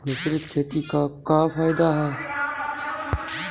मिश्रित खेती क का फायदा ह?